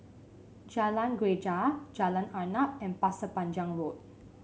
Jalan Greja Jalan Arnap and Pasir Panjang Road